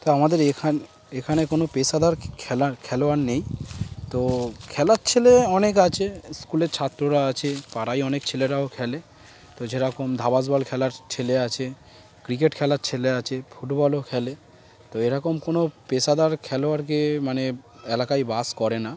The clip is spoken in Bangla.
তো আমাদের এখান এখানে কোনো পেশাদার খেলার খেলোয়াড় নেই তো খেলার ছেলে অনেক আছে স্কুলের ছাত্ররা আছে পাড়ায় অনেক ছেলেরাও খেলে তো যেরকম ধাবাস বল খেলার ছেলে আছে ক্রিকেট খেলার ছেলে আছে ফুটবলও খেলে তো এরকম কোনো পেশাদার খেলোয়াড়কে মানে এলাকায় বাস করে না